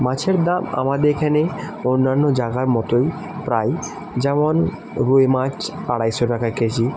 মাছের দাম আমাদের এখানে অন্যান্য জায়গার মতোই প্রায় যেমন রুই মাছ আড়াইশো টাকা কেজি